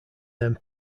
then